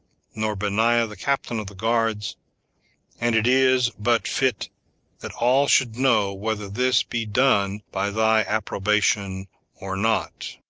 nor benaiah the captain of the guards and it is but fit that all should know whether this be done by thy approbation or not.